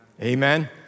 Amen